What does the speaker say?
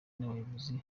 n’abayobozi